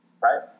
right